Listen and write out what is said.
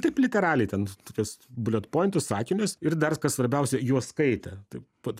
taip literaliai ten tokias bulet pointus sakinius ir dar kas svarbiausia juos skaitė taip vat